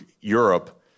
Europe